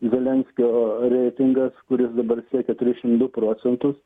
zelenskio reitingas kuris dabar siekia trisdešimt du procentus